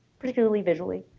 particularly visually.